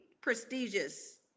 prestigious